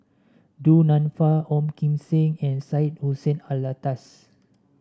Du Nanfa Ong Kim Seng and Syed Hussein Alatas